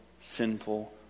sinful